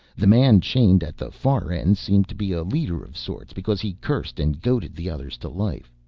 the man chained at the far end seemed to be a leader of sorts because he cursed and goaded the others to life.